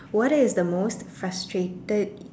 what is the most frustrated